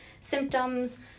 symptoms